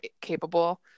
capable